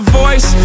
voice